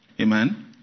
Amen